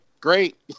great